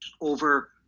over